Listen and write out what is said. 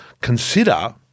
Consider